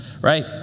right